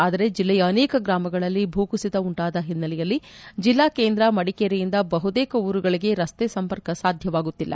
ಆದರೆ ಜಿಲ್ಲೆಯ ಅನೇಕ ಗ್ರಾಮಗಳಲ್ಲಿ ಭೂಕುಸಿತ ಉಂಟಾದ ಹಿನ್ನಲೆಯಲ್ಲಿ ಜಿಲ್ಲಾ ಕೇಂದ್ರ ಮಡಿಕೇರಿಯಿಂದ ಬಹುತೇಕ ಊರುಗಳಿಗೆ ರಸ್ತೆ ಸಂಪರ್ಕ ಸಾಧ್ಯವಾಗುತ್ತಿಲ್ಲ